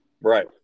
right